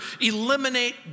eliminate